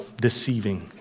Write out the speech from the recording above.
deceiving